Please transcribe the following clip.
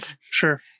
Sure